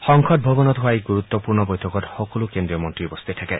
সংসদ ভৱনত হোৱা এই গুৰুত্বূৰ্ণ বৈঠকত সকলো কেন্দ্ৰীয় মন্ত্ৰী উপস্থিত থাকে